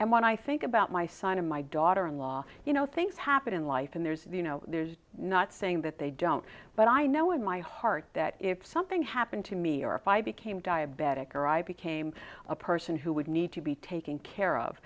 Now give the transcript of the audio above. and when i think about my son and my daughter in law you know things happen in life and there's you know there's not saying that they don't but i know in my heart that if something happened to me or if i became diabetic or i became a person who would need to be taking care of